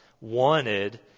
wanted